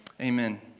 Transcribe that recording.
Amen